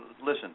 listen –